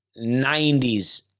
90s